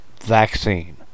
vaccine